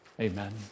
Amen